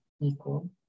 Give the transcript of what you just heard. equal